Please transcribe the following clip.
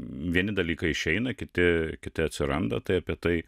vieni dalykai išeina kiti kiti atsiranda tai apie tai